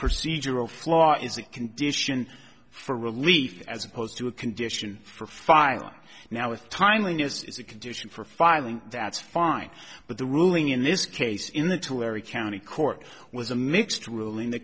procedural flaw is a condition for relief as opposed to a condition for filing now with timeliness is a condition for filing that's fine but the ruling in this case in the two larry county court was a mixed ruling th